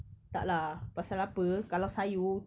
tak lah pasal apa kalau sayur